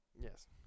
Yes